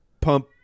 pump